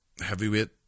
Heavyweight